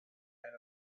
and